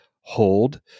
hold